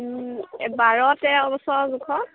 বাৰ তেৰ বছৰ জোখৰ